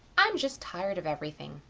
i'm just tired of everything.